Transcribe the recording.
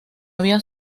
había